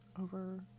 over